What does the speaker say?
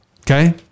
okay